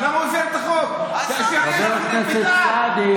חבר הכנסת סעדי.